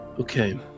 Okay